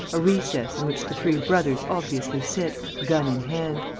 a recess in which the three brothers obviously sit, gun in hand.